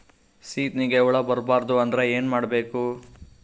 ಸೀತ್ನಿಗೆ ಹುಳ ಬರ್ಬಾರ್ದು ಅಂದ್ರ ಏನ್ ಮಾಡಬೇಕು?